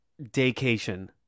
daycation